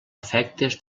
efectes